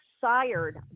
sired